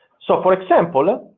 so for example,